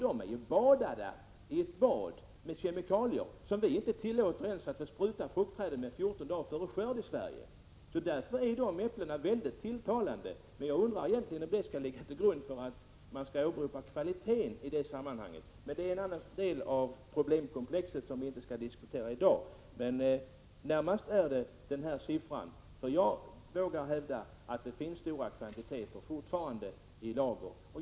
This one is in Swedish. De är ju badade i kemikalier, kemikalier som vi här i Sverige inte får bespruta fruktträden med ens 14 dagar före skörd. Jag undrar hur detta kan ligga till grund för ett åberopande av kvaliteten i det här sammanhanget. Men detta är en annan del av problemkomplexet som vi inte skall diskutera i dag. Jag vågar hävda att det fortfarande finns stora kvantiteter i lager.